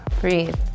Breathe